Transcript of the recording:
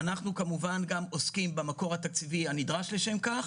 אנחנו כמובן גם עוסקים במקור התקציבי הנדרש לכם כך.